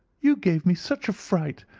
you gave me such a fright.